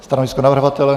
Stanovisko navrhovatele?